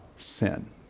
sin